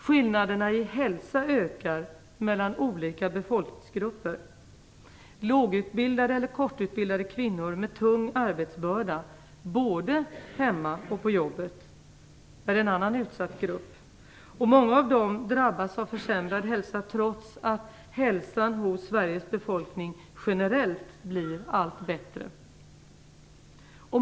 Skillnaderna i hälsa ökar mellan olika befolkningsgrupper. Lågutbildade eller kortutbildade kvinnor med tung arbetsbörda både hemma och på jobbet är en annan utsatt grupp. Många av dem drabbas av försämrad hälsa, trots att hälsan hos Sveriges befolkning generellt blir allt bättre.